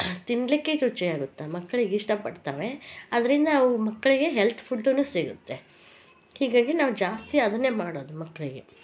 ತಿನ್ನಲಿಕ್ಕೆ ರುಚಿ ಆಗುತ್ತ ಮಕ್ಳಿಗೆ ಇಷ್ಟ ಪಡ್ತಾವೆ ಅದರಿಂದ ಅವು ಮಕ್ಕಳಿಗೆ ಹೆಲ್ತ್ ಫುಡ್ಡುನೂ ಸಿಗುತ್ತೆ ಹೀಗಾಗಿ ನಾವು ಜಾಸ್ತಿ ಅದನ್ನೇ ಮಾಡೋದು ಮಕ್ಕಳಿಗೆ